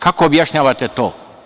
Kako objašnjavate to?